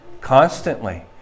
Constantly